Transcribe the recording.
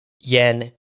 Yen